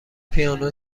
پیانو